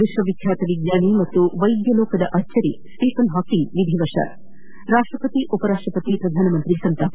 ವಿಶ್ವವಿಖ್ಯಾತ ವಿಜ್ಞಾನಿ ಹಾಗೂ ವೈದ್ಯ ಲೋಕದ ಅಚ್ಚರಿ ಸ್ವೀಫನ್ ಹಾಕಿಂಗ್ ವಿಧಿವಶ ರಾಷ್ಟ್ರಪತಿ ಉಪರಾಷ್ಟ್ರಪತಿ ಪ್ರಧಾನಮಂತ್ರಿ ಸಂತಾಪ